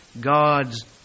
God's